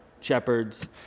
shepherds